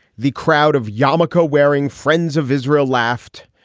the crowd of yamaka wearing friends of israel laughed.